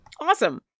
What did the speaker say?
Awesome